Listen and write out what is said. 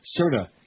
Serta